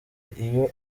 iyo